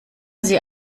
sie